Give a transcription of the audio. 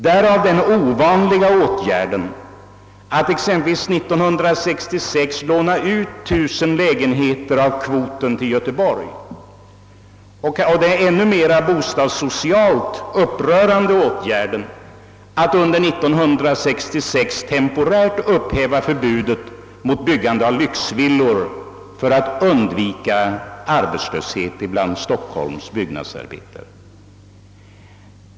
Det beror bl.a. på den ovanliga åtgärden att exempelvis 1966 låna ut 1 000 lägenheter av kvoten till Göteborg och den ännu mera bostadssocialt upprörande åtgärden att under 1966 temporärt upphäva förbudet mot byggandet av lyxvillor för att undvika arbetslöshet bland Stockholms byggnadsarbetare.